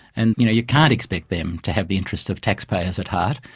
and you know you can't expect them to have the interests of taxpayers at heart.